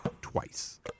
Twice